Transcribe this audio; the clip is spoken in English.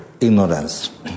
ignorance